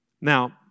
Now